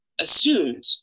assumed